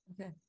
Okay